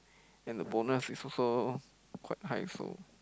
then the bonus is also quite high also